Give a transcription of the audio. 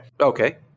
Okay